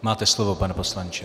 Máte slovo, pane poslanče.